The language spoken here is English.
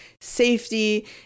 safety